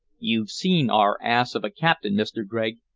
you've seen our ass of a captain, mr. gregg?